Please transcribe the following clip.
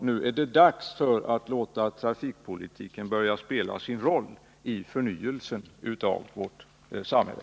Nu är det dags att låta trafikpolitiken börja spela sin roll i förnyelsen av vårt samhälle.